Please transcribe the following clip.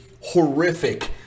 horrific